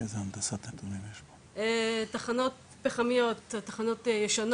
ברגע שנכניס את טורבינת הגז בספטמבר השנה